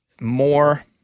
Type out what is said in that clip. more